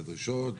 הדרישות.